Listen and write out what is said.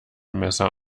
messer